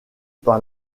par